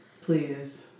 Please